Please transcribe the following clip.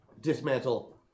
dismantle